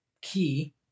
key